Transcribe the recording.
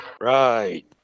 Right